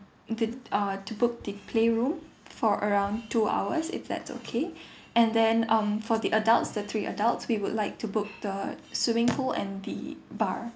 the uh to book the playroom for around two hours if that's okay and then um for the adults the three adults we would like to book the swimming pool and the bar